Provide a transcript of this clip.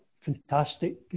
fantastic